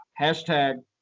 hashtag